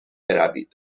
بروید